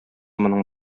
моның